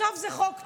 בסוף זה חוק טוב,